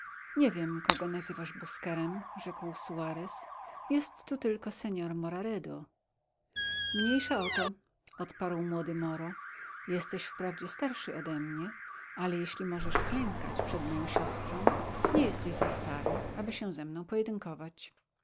nie wiem kogo nazywasz busquerem rzekł suarez jest tu tylko senor moraredo mniejsza o to odparł młody moro jesteś wprawdzie starszy ode mnie ale jeśli możesz klękać przed moją siostrą nie jesteś za stary aby się ze mną